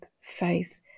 faith